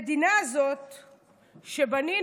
המדינה הזאת שבנינו,